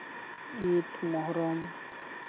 ᱤᱸᱫᱽ ᱢᱚᱦᱳᱨᱚᱢ